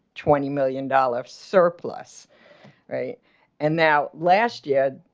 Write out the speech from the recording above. twenty million dollars surplus right and now last year,